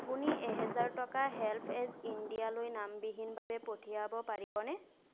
আপুনি এহেজাৰ টকা হেল্প এজ ইণ্ডিয়ালৈ নামবিহীনভাৱে পঠিয়াব পাৰিবনে